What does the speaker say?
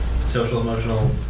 social-emotional